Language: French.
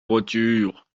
voiture